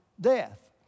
death